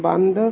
ਬੰਦ